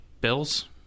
Bills